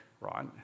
right